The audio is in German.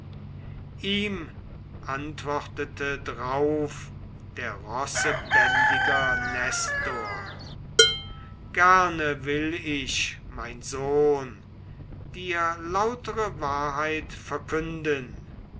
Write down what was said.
ihm antwortete drauf der rossebändiger nestor gerne will ich mein sohn dir lautere wahrheit verkünden